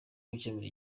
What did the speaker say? gukemura